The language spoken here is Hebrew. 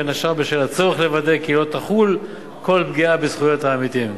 בין השאר בשל הצורך לוודא כי לא תחול כל פגיעה בזכויות העמיתים.